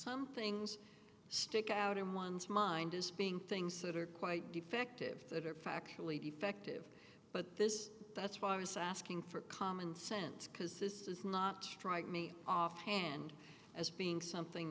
some things stick out in one's mind as being things that are quite defective that are factually defective but this that's why he's asking for common sense because this is not strike me off hand as being something